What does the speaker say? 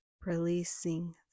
Releasing